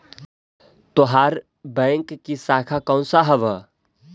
तोहार बैंक की शाखा कौन सा हवअ